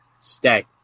stay